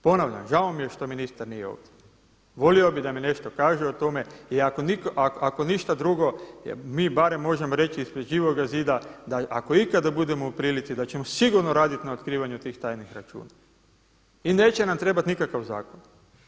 Ponavljam, žao mi je što ministar nije ovdje, volio bih da mi nešto kaže o tome i ako ništa drugo mi barem možemo reći ispred Živoga zida da ako ikada budemo u prilici da ćemo sigurno raditi na otkrivanju tih tajnih računa i neće nam trebati nikakav zakon.